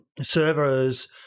servers